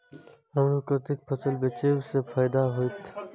हमरा कते फसल बेचब जे फायदा होयत?